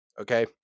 Okay